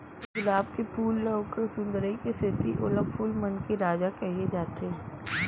गुलाब के फूल ल ओकर सुंदरई के सेती ओला फूल मन के राजा कहे जाथे